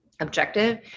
objective